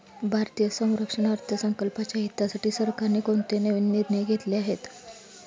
भारतीय संरक्षण अर्थसंकल्पाच्या हितासाठी सरकारने कोणते नवीन निर्णय घेतले आहेत?